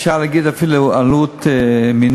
אפשר להגיד אפילו עלות מינורית,